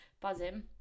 buzzing